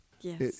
Yes